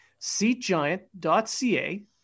SeatGiant.ca